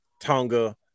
Tonga